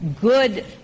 good